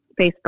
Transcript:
Facebook